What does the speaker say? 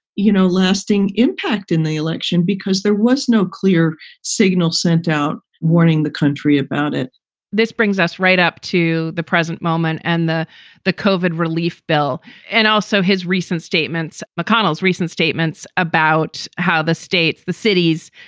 you know, lasting impact in the election because there was no clear signal sent out warning the country about it this brings us right up to the present moment and the the covered relief bill and also his recent statements. mcconnell's recent statements about how the states, the cities,